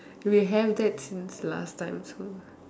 we have that since last time so